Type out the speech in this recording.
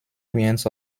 friends